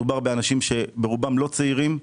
מדובר באנשים שהם ברובם לא צעירים,